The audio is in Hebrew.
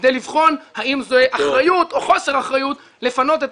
כדי לבחון האם זו אחריות או חוסר אחריות לפנות את